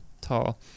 tall